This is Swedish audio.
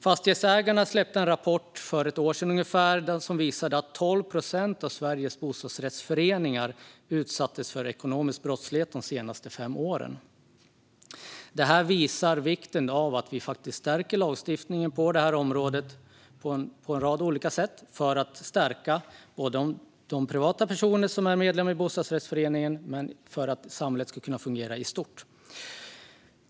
Fastighetsägarna släppte för ungefär ett år sedan en rapport som visade att 12 procent av Sveriges bostadsrättsföreningar har utsatts för ekonomisk brottslighet under de senaste fem åren. Detta visar vikten av att vi stärker lagstiftningen på det här området på en rad olika sätt för att både stärka de privatpersoner som är medlemmar i en bostadsrättsförening och se till att samhället ska kunna fungera i stort.